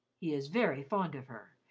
he is very fond of her,